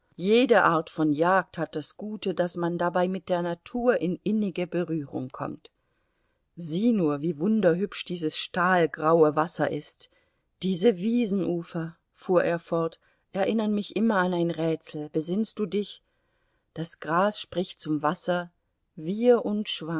jede art von jagd hat das gute daß man dabei mit der natur in innige berührung kommt sieh nur wie wunderhübsch dieses stahlgraue wasser ist diese wiesenufer fuhr er fort erinnern mich immer an ein rätsel besinnst du dich das gras spricht zum wasser wir